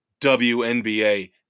WNBA